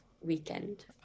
weekend